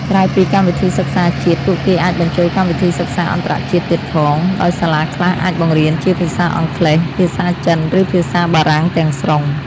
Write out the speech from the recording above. ក្រៅពីកម្មវិធីសិក្សាជាតិ ពួកគេអាចបញ្ចូលកម្មវិធីសិក្សាអន្តរជាតិទៀតផង ដោយសាលាខ្លះអាចបង្រៀនជាភាសាអង់គ្លេស ភាសាចិន ឬភាសាបារាំងទាំងស្រុង។